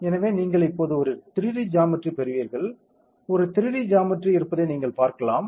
எனவே நீங்கள் இப்போது ஒரு 3D ஜாமெட்ரி பெறுவீர்கள் ஒரு 3D ஜாமெட்ரி இருப்பதை நீங்கள் பார்க்கலாம்